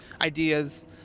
ideas